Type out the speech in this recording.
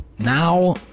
Now